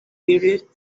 period